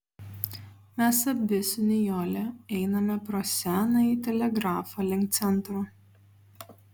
mes abi su nijole einame pro senąjį telegrafą link centro